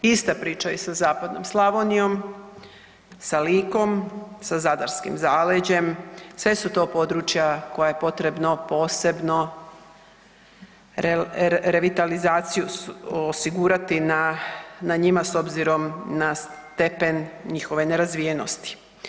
Ista priča i sa zapadnom Slavonijom, sa Likom, sa zadarskim zaleđem, sve su to područja koja je potrebno revitalizaciju osigurati na njima s obzirom na stepen njihove nerazvijenosti.